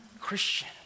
Christian